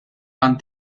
għan